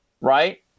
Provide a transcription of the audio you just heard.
right